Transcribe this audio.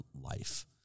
life